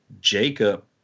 Jacob